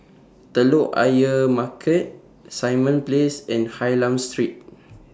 Telok Ayer Market Simon Place and Hylam Street